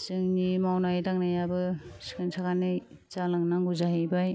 जोंनि मावनाय दांनायाबो सिखोन साखोनै जालांनांगौ जाहैबाय